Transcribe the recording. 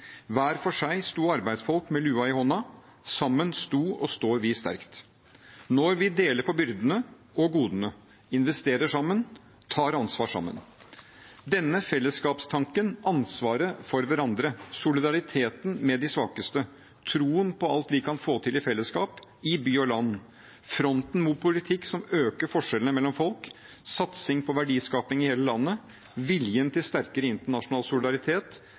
Hver for seg sto arbeidsfolk med lua i hånda. Sammen stod og står vi sterkt når vi deler på byrdene og godene, investerer sammen, tar ansvar sammen. Denne fellesskapstanken – ansvaret for hverandre, solidariteten med de svakeste, troen på alt vi kan få til i fellesskap i by og land, fronten mot politikk som øker forskjellene mellom folk, satsing på verdiskaping i hele landet, viljen til sterkere internasjonal solidaritet